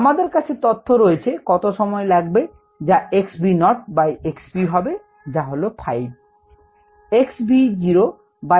আমাদের কাছে তথ্য রয়েছে কত সময় লাগবে যা x v naughtবাইx v হবে যা হল 5